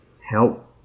help